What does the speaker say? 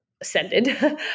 ascended